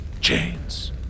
chains